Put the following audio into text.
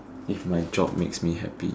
if my job makes me happy